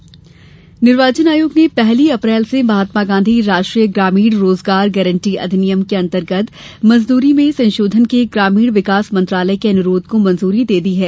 निर्वाचन आयोग मनरेगा निर्वाचन आयोग ने पहली अप्रैल से महात्मा गांधी राष्ट्रीय ग्रामीण रोजगार गारंटी अधिनियम के अंतर्गत मजदूरी में संशोधन के ग्रामीण विकास मंत्रालय के अनुरोध को मंजूरी दे दी है